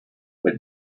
but